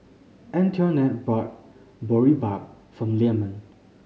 Antoinette bought Boribap for Leamon